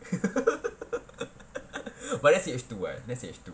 but that's your H two what H two